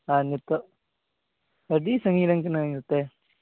ᱟᱨ ᱱᱤᱛᱚᱜ ᱟᱹᱰᱤ ᱥᱟᱺᱜᱤᱧ ᱨᱮᱱ ᱠᱟᱹᱱᱟᱹᱧ ᱱᱚᱛᱮ